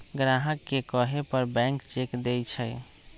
ग्राहक के कहे पर बैंक चेक देई छई